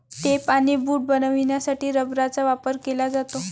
tape आणि boot बनवण्यासाठी रबराचा वापर केला जातो